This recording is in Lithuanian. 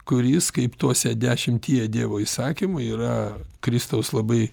kuris kaip tuose dešimtyje dievo įsakymų yra kristaus labai